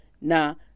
now